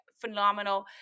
phenomenal